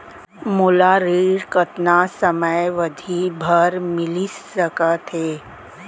मोला ऋण कतना समयावधि भर मिलिस सकत हे?